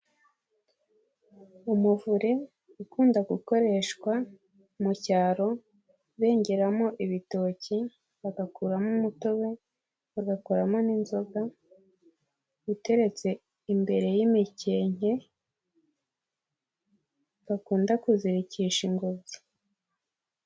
Umuvure ukunda gukoreshwa mu cyaro bengeramo ibitoki bagakuramo umutobe bagakoramo n'inzoga uteretse imbere y'imikenke bakunda kuzirikisha ingobyi.